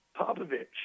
Popovich